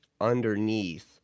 underneath